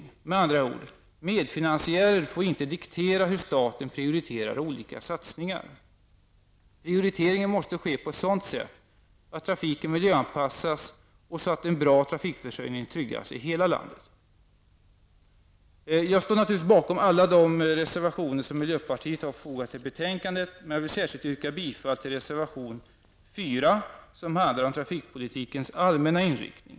Det innebär med andra ord att medfinansiärer inte får diktera hur staten prioriterar olika satsningar. Prioriteringen måste ske på ett sådant sätt att trafiken miljöanpassas och att en bra trafikförsörjning tryggas i hela landet. Jag står naturligtvis bakom alla de reservationer som miljöpartiet har fogat till betänkandet, men jag vill särskilt yrka bifall till reservation 4, som handlar om trafikpolitikens allmänna inriktning.